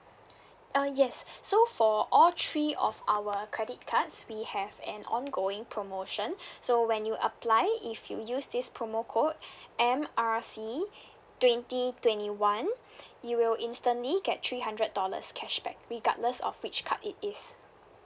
uh yes so for all three of our credit cards we have an ongoing promotion so when you apply if you use this promo code M R C twenty twenty one you will instantly get three hundred dollars cashback regardless of which card it is